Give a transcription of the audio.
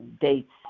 dates